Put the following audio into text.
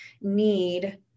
need